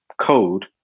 code